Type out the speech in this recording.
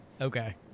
Okay